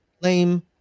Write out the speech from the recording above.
lame